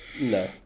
No